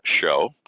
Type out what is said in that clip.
show